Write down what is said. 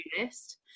list